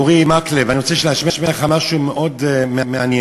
אורי מקלב, אני רוצה להשמיע לך משהו מאוד מעניין,